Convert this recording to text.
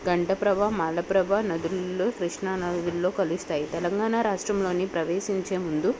గంటప్రభ మాలప్రభ నదులల్లో కృష్ణా నదుల్లో కలుస్తాయి తెలంగాణ రాష్ట్రంలోని ప్రవేశించే ముందు